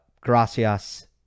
gracias